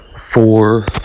four